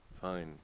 fine